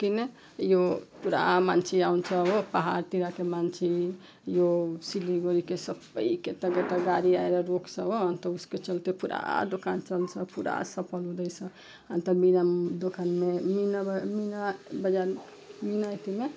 किन यो पुरा मान्छे आउँछ हो पाहाडतिरको मान्छे यो सिलगढीको सबै केटा केटा गाडी आएर रोक्छ हो अन्त उसको चलते पुरा दोकान चल्छ पुरा सफल हुँदैछ अनि मिना दोकानमा मिना बजार मिना अथीमा